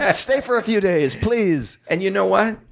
ah stay for a few days, please. and you know what?